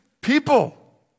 people